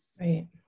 Right